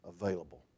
Available